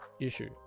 Issue